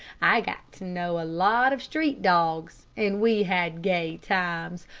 i got to know a lot of street dogs, and we had gay times,